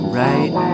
right